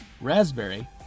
raspberry